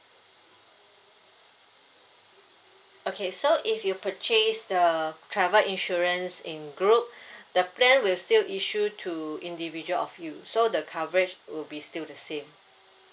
okay so if you purchase the travel insurance in group the plan will still issue to individual of you so the coverage will be still the same